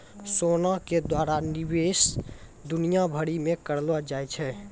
सोना के द्वारा निवेश दुनिया भरि मे करलो जाय छै